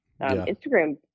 Instagram